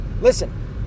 listen